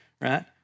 right